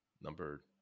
number